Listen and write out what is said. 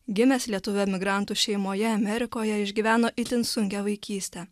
gimęs lietuvių emigrantų šeimoje amerikoje išgyveno itin sunkią vaikystę